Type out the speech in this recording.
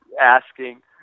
Asking